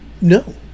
No